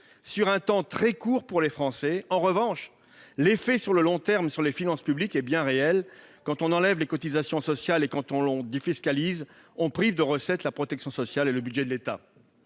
sur un temps très court, pour les Français. En revanche, l'effet à long terme sur les finances publiques est bien réel. Quand on supprime les cotisations sociales et que l'on défiscalise, on prive de recettes la protection sociale et le budget de l'État.